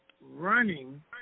running